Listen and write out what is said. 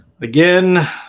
Again